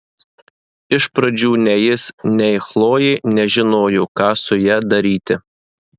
iš pradžių nei jis nei chlojė nežinojo ką su ja daryti